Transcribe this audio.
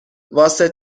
واسه